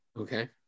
Okay